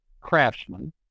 craftsmen